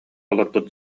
олорбут